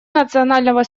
национального